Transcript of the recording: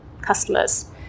customers